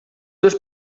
dels